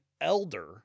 elder